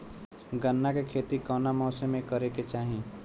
गन्ना के खेती कौना मौसम में करेके चाही?